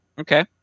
Okay